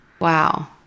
Wow